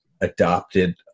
adopted